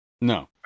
No